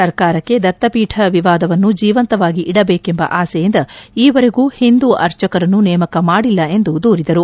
ಸರ್ಕಾರಕ್ಕೆ ದತ್ತಪೀಠ ವಿವಾದವನ್ನು ಜೀವಂತವಾಗಿ ಇಡಬೇಕೆಂಬ ಆಸೆಯಿಂದ ಈವರೆಗೂ ಹಿಂದೂ ಆರ್ಚಕರನ್ನು ನೇಮಕ ಮಾಡಿಲ್ಲ ಎಂದು ದೂರಿದರು